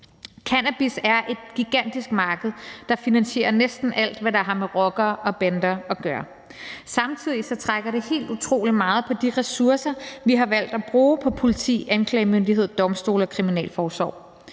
Cannabis er et gigantisk marked, der finansierer næsten alt, hvad der har med rockere og bander at gøre. Samtidig trækker det helt utrolig meget på de ressourcer, vi har valgt at bruge på politi, anklagemyndighed, domstole og kriminalforsorg.